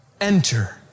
Enter